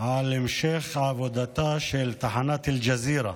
על המשך עבודתה של תחנת אל-ג'זירה